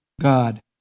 God